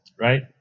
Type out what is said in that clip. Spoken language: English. right